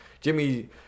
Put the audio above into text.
Jimmy